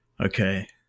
okay